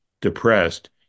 depressed